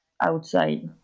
outside